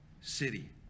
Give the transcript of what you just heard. city